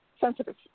sensitive